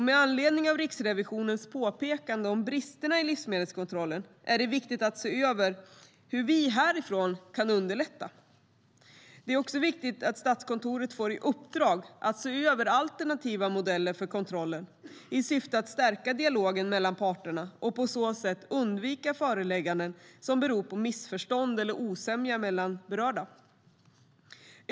Med anledning av Riksrevisionens påpekanden om brister i livsmedelskontrollen är det viktigt att se över hur vi härifrån kan underlätta. Det är också viktigt att Statskontoret får i uppdrag att se över alternativa modeller för kontrollen i syfte att stärka dialogen mellan parterna och på så sätt undvika förelägganden som beror på missförstånd eller osämja mellan berörda.